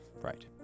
right